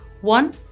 One